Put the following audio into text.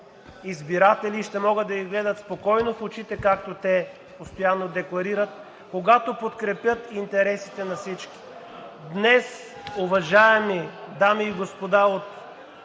избиратели и ще могат да ги гледат спокойно в очите, както те постоянно декларират, когато подкрепят интересите на всички! (Шум и реплики.) Днес, уважаеми дами и господа от